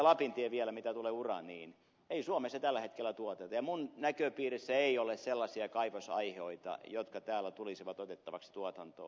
lapintie mitä tulee uraaniin ei sitä suomessa tällä hetkellä tuoteta ja minun näköpiirissäni ei ole sellaisia kaivosaihioita jotka täällä tulisivat otettavaksi tuotantoon